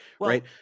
Right